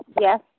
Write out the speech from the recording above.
Yes